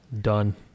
Done